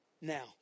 Now